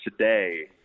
today